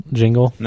jingle